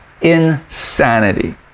Insanity